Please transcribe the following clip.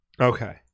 Okay